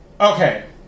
Okay